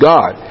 God